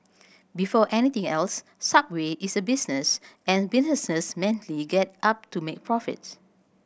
before anything else Subway is a business and businesses mainly get up to make profits